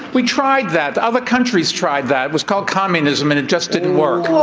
we tried that. other countries tried. that was called communism. and it just didn't work